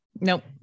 Nope